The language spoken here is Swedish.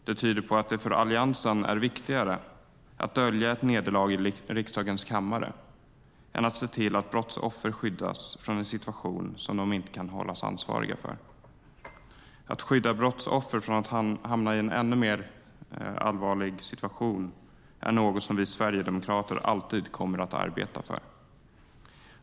Det tyder på att det för Alliansen är viktigare att dölja ett nederlag i riksdagens kammare än att se till att brottsoffer skyddas från en situation som de inte kan hållas ansvariga för. Att skydda brottsoffer från att hamna i en ännu mer allvarlig situation är något som vi sverigedemokrater alltid kommer att arbeta för.